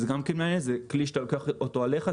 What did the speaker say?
זה כלי שאתה לוקח אותו עליך,